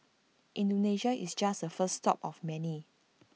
Indonesia is just the first stop of many